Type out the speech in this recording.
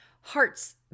heart's